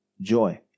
joy